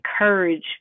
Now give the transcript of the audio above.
encourage